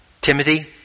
Timothy